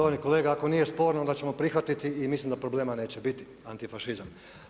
Štovani kolega ako nije sporno onda ćemo prihvatiti i mislim da problema neće biti, antifašizam.